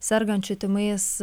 sergančiu tymais